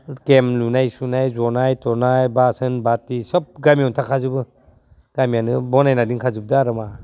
dam लुनाय सुनाय ज'नाय थनाय बासोन बाथि सब गामियाव थाखाजोबो गामियानो बनायनानै दोनखाजोबदो आरो मा